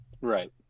Right